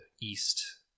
east